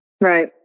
Right